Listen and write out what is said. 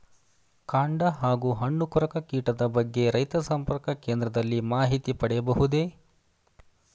ಕಾಂಡ ಹಾಗೂ ಹಣ್ಣು ಕೊರಕ ಕೀಟದ ಬಗ್ಗೆ ರೈತ ಸಂಪರ್ಕ ಕೇಂದ್ರದಲ್ಲಿ ಮಾಹಿತಿ ಪಡೆಯಬಹುದೇ?